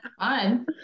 fun